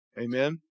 Amen